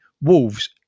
Wolves